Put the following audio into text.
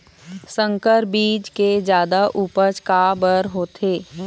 संकर बीज के जादा उपज काबर होथे?